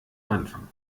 anfang